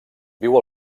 viu